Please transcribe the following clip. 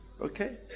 okay